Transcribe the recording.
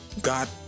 God